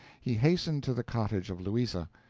he hastened to the cottage of louisa,